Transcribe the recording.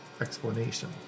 explanation